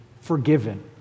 Forgiven